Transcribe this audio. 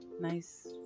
nice